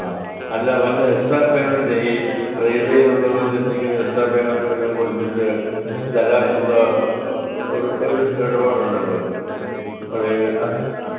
ആ അല്ല വല്ല എക്സ്ട്രാ പേയ്മെൻറേ ഈ റെയിൽവേയിൽ ഉള്ളത് മാതിരി എന്തെങ്കിലും എക്സ്ട്രാ പേയ്മെൻറ് വല്ലതും കൊടുത്തിട്ട് തലാക്കെന്തോ ഒരു ഒരു ഇടപാടുണ്ടല്ലോ അതായത്